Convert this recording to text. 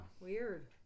Weird